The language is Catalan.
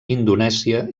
indonèsia